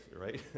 Right